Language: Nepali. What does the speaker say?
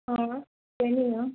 अँ त्यो नि हो